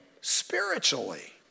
spiritually